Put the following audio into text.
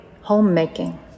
homemaking